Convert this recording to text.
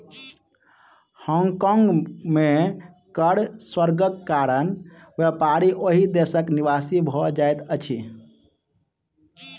Hong Kong में कर स्वर्गक कारण व्यापारी ओहि देशक निवासी भ जाइत अछिं